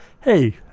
hey